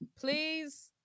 please